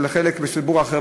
של חלק מציבור אחר,